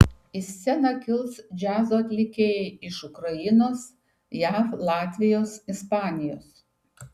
į sceną kils džiazo atlikėjai iš ukrainos jav latvijos ispanijos